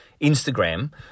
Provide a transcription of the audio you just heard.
Instagram